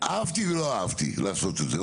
אהבתי לא אהבתי לעשות את זה.